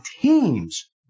teams